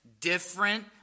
different